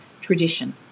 tradition